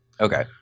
Okay